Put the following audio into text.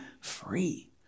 free